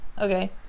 Okay